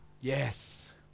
Yes